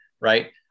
Right